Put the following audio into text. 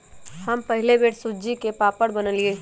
हम पहिल बेर सूज्ज़ी के पापड़ बनलियइ